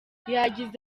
yagize